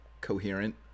coherent